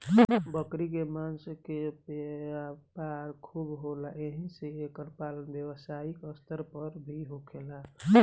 बकरी के मांस के व्यापार खूब होला एही से एकर पालन व्यवसायिक स्तर पर भी होखेला